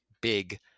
big